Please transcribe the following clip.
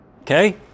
Okay